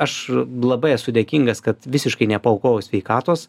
aš labai esu dėkingas kad visiškai nepaaukojau sveikatos